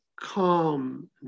calm